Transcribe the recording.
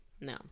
No